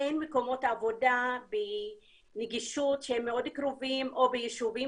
אין מקומות עבודה בנגישות קרובה או ביישובים